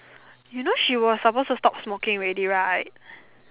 you know she was suppose to stop smoking already right